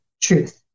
truth